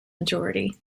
majority